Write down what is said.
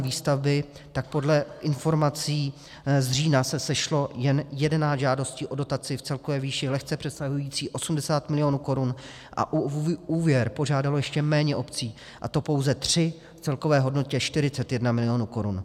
Výstavba, tak podle informací z října se sešlo jen 11 žádostí o dotaci v celkové výši lehce přesahující 80 milionů korun a o úvěr požádalo ještě méně obcí, a to pouze tři v celkové hodnotě 41 milionů korun.